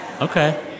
Okay